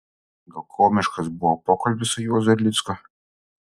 gal komiškas buvo pokalbis su juozu erlicku